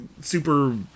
super